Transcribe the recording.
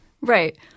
Right